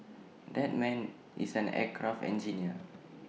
that man is an aircraft engineer